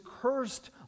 cursed